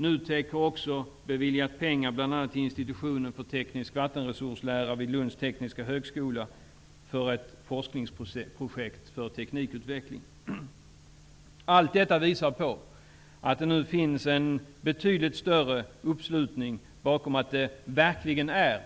NUTEK har också beviljat pengar bl.a. till Allt detta visar på att det nu finns en betydligt större uppslutning bakom tanken att det verkligen är